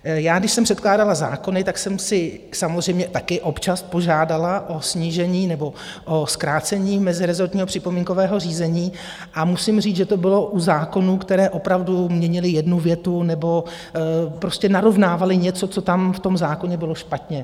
Já když jsem předkládala zákony, tak jsem si samozřejmě také občas požádala o snížení nebo zkrácení mezirezortního připomínkového řízení, a musím říci, že to bylo u zákonů, které opravdu měnily jednu větu nebo prostě narovnávaly něco, co tam v tom zákoně bylo špatně.